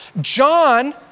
John